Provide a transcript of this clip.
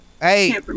Hey